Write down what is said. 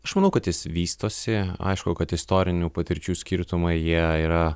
aš manau kad jis vystosi aišku kad istorinių patirčių skirtumai jie yra